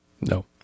no